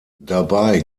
dabei